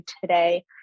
today